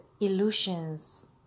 illusions